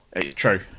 True